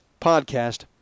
podcast